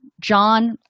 John